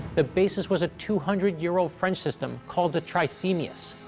the basis was a two hundred year old french system called the trithemius.